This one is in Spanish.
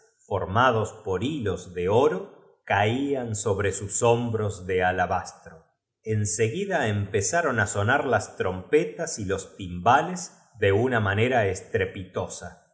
formados por hilos de oro caían dó alrey y á la heina después á la priq qqi'e sus hombros de alabastro en se qv cesa pirlipata y finalmente á los asistenguidn empezaron á sonar las trompetas y tes todos en seguida recibió del gran los timbales de una manera estrepitosa